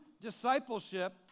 discipleship